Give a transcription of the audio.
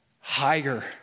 higher